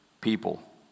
people